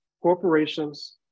corporations